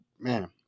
man